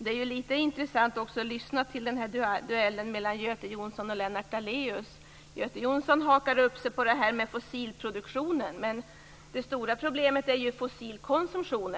Det var intressant att lyssna till duellen mellan Men det stora problemet är ju konsumtionen.